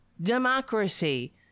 democracy